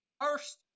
first